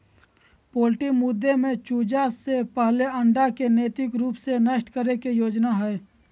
poultry मुद्दे में चूजा से पहले अंडा के नैतिक रूप से नष्ट करे के योजना हइ